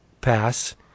pass